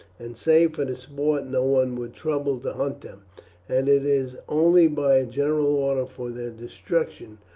and save for the sport no one would trouble to hunt them and it is only by a general order for their destruction,